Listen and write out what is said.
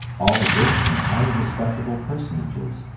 all rich and highly respectable personages,